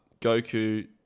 Goku